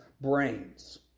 brains